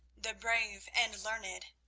the brave and learned.